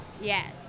Yes